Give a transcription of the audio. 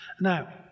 Now